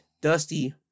Dusty